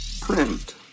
Print